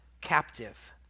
captive